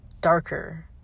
darker